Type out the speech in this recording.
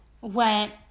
went